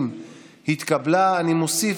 וכו',